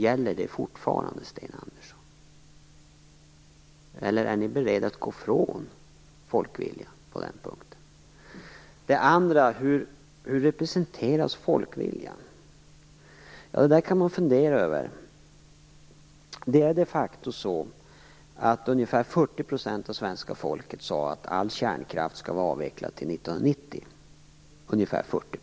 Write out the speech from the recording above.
Gäller det fortfarande, Sten Andersson? Eller är ni beredda att gå ifrån folkviljan på den punkten? Hur representeras folkviljan? Detta kan man fundera över. Det är de facto så att ungefär 40 % av svenska folket har sagt att all kärnkraft skall vara avvecklad till år 1990.